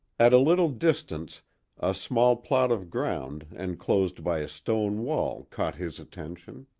at a little distance a small plot of ground enclosed by a stone wall caught his attention.